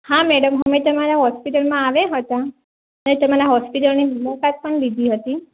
હા મેડમ અમે તમારાં હૉસ્પિટલમાં આવ્યા હતા અમે તમારાં હૉસ્પિટલની મુલાકાત પણ લીધી હતી